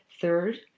Third